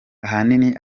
ahanini